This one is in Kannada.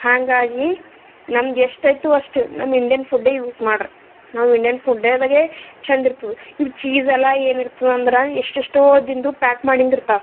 ಹಾಂಗಾಗಿ ನಮ್ದು ಎಷ್ಟು ಐತೋ ಅಷ್ಟೆ ನಮ್ಮ ಇಂಡಿಯನ್ ಫುಡ್ಡೇ ಯೂಸ್ ಮಾಡ್ರ ನಾವು ಇಂಡಿಯನ್ ಫುಡ್ಡೇದಾಗೆ ಛಂದಿರ್ತದ ಇವು ಚೀಸೆಲ್ಲ ಏನು ಇರ್ತದಂದ್ರೆ ಎಷ್ಟೆಷ್ಟೋ ದಿನದ್ದು ಪ್ಯಾಕ್ ಮಾಡಿಂದಿರ್ತವ